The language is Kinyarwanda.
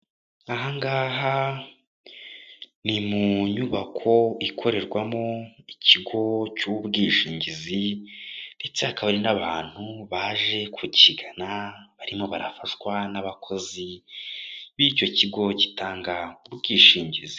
Aha ngaha ni mu nyubako, ikorerwamo ikigo cy'ubwishingizi ndetse hakaba hari n'abantu baje kukigana, barimo barafashwa n'abakozi b'icyo kigo gitanga ubwishingizi.